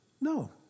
No